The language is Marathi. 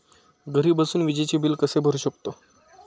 घरी बसून विजेचे बिल कसे भरू शकतो?